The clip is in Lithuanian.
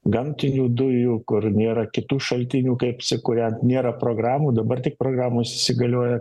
gamtinių dujų kur nėra kitų šaltinių kaip apsikūrent nėra programų dabar tik programos įsigalioja